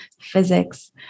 physics